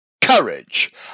courage